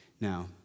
Now